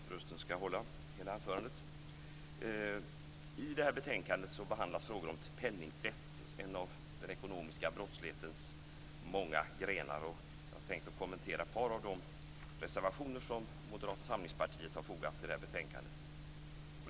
Fru talman! I detta betänkande behandlas frågan om penningtvätt, en av den ekonomiska brottslighetens många grenar. Jag har tänkt att kommentera ett par av de reservationer som Moderata samlingspartiet har fogat till detta betänkande.